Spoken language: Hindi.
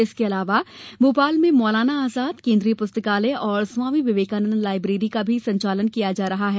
इसके अलावा भोपाल में मौलाना आजाद केन्द्रीय प्रस्तकालय और स्वामी विवेकानंद लायब्रेरी का भी संचालन किया जा रहा है